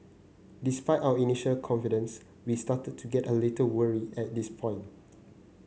despite our initial confidence we started to get a little wary at this point